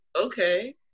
okay